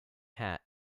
hat